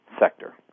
sector